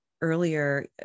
earlier